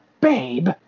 babe